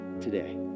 Today